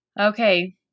Okay